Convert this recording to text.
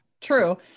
true